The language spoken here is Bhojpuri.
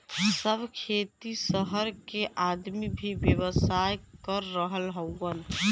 सब खेती सहर के आदमी भी व्यवसाय कर रहल हउवन